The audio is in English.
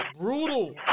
Brutal